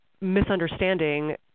misunderstanding